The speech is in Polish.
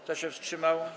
Kto się wstrzymał?